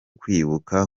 kwibuka